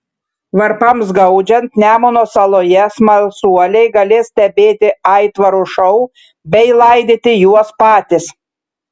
varpams gaudžiant nemuno saloje smalsuoliai galės stebėti aitvarų šou bei laidyti juos patys